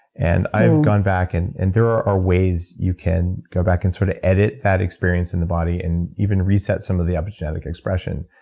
and i've gone back, and and there are ways you can go back and sort of edit that experience in the body, and even reset some of the epigenetic expression.